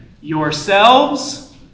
Yourselves